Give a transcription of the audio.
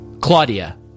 Claudia